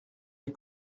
les